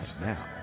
Now